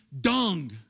dung